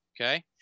okay